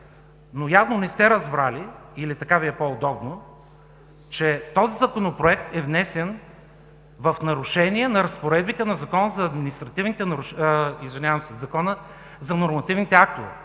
но явно не сте разбрали или така Ви е по-удобно, че той е внесен в нарушение на разпоредбите на Закона за нормативните актове.